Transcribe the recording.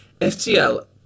FTL